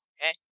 Okay